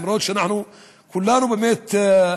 אפילו שבאמת,